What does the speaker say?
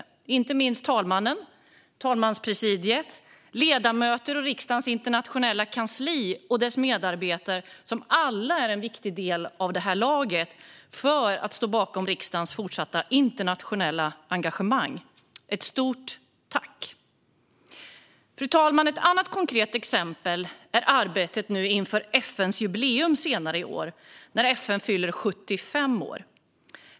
Det gäller inte minst talmannen, talmanspresidiet, ledamöter och riksdagens internationella kansli och dess medarbetare. De är alla en viktig del av laget som står bakom riksdagens fortsatta internationella engagemang. Ett stort tack! Fru talman! Ett annat konkret exempel är arbetet inför FN:s jubileum senare i år när FN fyller 75 år.